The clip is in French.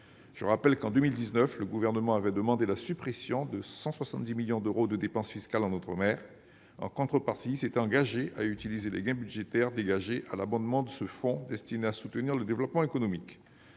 Je rappelle qu'en 2019 le Gouvernement avait demandé la suppression de 170 millions d'euros de dépenses fiscales en outre-mer. En contrepartie, il s'était engagé à utiliser les gains budgétaires ainsi réalisés pour abonder ce fonds destiné à soutenir le développement économique.